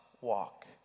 walk